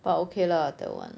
but okay lah that [one]